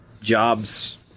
jobs